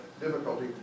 difficulty